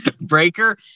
Breaker